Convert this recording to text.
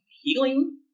healing